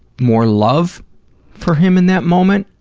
more love for him in that moment?